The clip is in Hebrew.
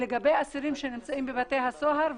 לגבי אסירים שנמצאים בבתי הסוהר,